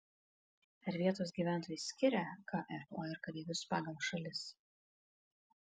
ar vietos gyventojai skiria kfor kareivius pagal šalis